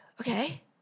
Okay